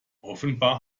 offenbar